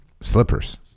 slippers